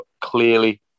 clearly